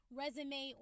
resume